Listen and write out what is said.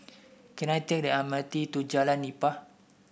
can I take the M R T to Jalan Nipah